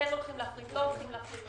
כן הולכים להפריט, לא הולכים להפריט.